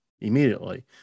immediately